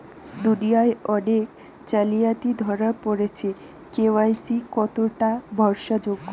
দুনিয়ায় অনেক জালিয়াতি ধরা পরেছে কে.ওয়াই.সি কতোটা ভরসা যোগ্য?